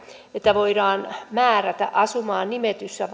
että voidaan määrätä asumaan nimetyssä